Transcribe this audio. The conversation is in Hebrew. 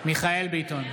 מיכאל מרדכי ביטון,